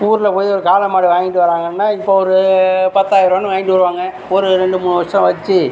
ஊரில் போய் ஒரு காளைமாடு வாங்கிட்டு வராங்கன்னால் இப்போ ஒரு பத்தாயிர ரூபான்னு வாங்கிட்டு வருவாங்க ஒரு ரெண்டு மூணு வருஷம் வச்சு